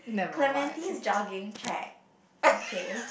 Clementine's jogging track okay